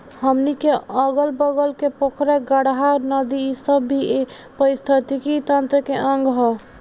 हमनी के अगल बगल के पोखरा, गाड़हा, नदी इ सब भी ए पारिस्थिथितिकी तंत्र के अंग ह